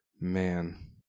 Man